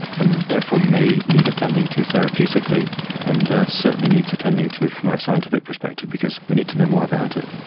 and therefore may need attending to therapeutically and certainly needs attending to from our scientific perspective because we need to know more about it.